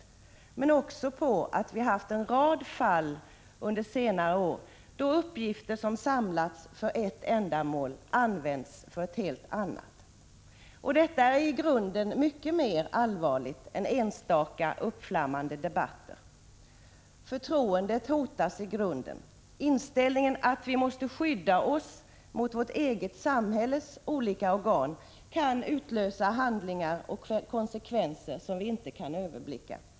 Men det beror också på att vi under senare år har haft en rad fall då uppgifter som samlats in för ett ändamål använts för ett helt annat. Detta är i grunden mycket allvarligare än enstaka uppflammande debatter. Förtroendet hotas i grunden. Inställningen att vi måste skydda oss mot vårt eget samhälles olika organ kan utlösa handlingar och få konsekvenser som vi inte kan överblicka.